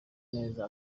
neza